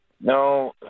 No